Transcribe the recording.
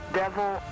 devil